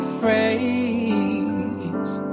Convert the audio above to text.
phrase